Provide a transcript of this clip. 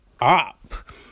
up